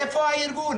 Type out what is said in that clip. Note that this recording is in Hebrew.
איפה הארגון?